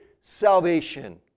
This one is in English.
salvation